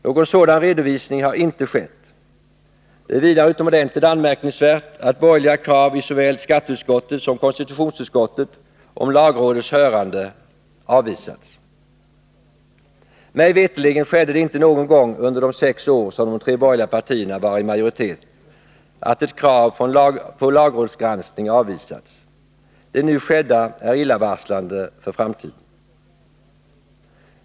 Någon sådan redovisning har inte skett. Det är vidare utomordentligt anmärkningsvärt att borgerliga krav i såväl skatteutskottet som konstitutionsutskottet om lagrådets hörande avvisats. Mig veterligt skedde det inte någon gång under de sex år som de tre borgerliga partierna var i majoritet att ett krav på lagrådsgranskning avvisades. Det nu skedda är illavarslande för framtiden.